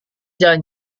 jalan